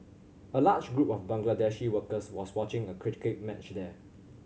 a large group of Bangladeshi workers was watching a cricket match there